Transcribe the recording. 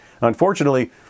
Unfortunately